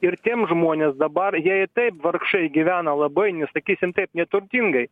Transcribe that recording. ir tiem žmonės dabar jie ir taip vargšai gyvena labai nesakysim taip neturtingai